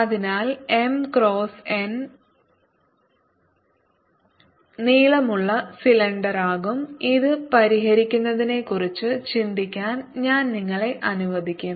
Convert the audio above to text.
അതിനാൽ M cross N നീളമുള്ള സിലിണ്ടറാകും ഇത് പരിഹരിക്കുന്നതിനെക്കുറിച്ച് ചിന്തിക്കാൻ ഞാൻ നിങ്ങളെ അനുവദിക്കും